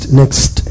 next